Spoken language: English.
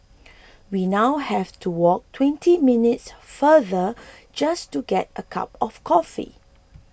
we now have to walk twenty minutes farther just to get a cup of coffee